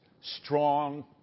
strong